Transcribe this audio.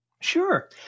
Sure